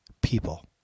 people